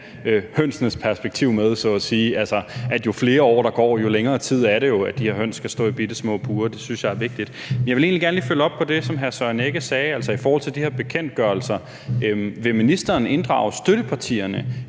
hønsenes perspektiv med så at sige – altså at jo flere år der går, jo længere tid er det jo, at de her høns skal stå i bittesmå bure. Det synes jeg er vigtigt. Men jeg vil egentlig gerne lige følge op på det, som hr. Søren Egge Rasmussen sagde, altså i forhold til de her bekendtgørelser: Vil ministeren inddrage støttepartierne